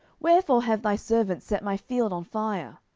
wherefore have thy servants set my field on fire?